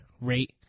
rate